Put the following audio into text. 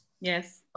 Yes